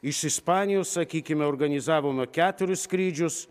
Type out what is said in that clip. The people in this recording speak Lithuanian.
iš ispanijos sakykime organizavome keturis skrydžius